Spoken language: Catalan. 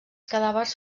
cadàvers